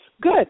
Good